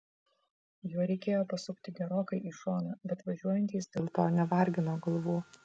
juo reikėjo pasukti gerokai į šoną bet važiuojantys dėl to nevargino galvų